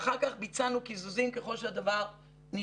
ואחר כך ביצענו קיזוזים ככל שהדבר נדרש,